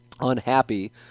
unhappy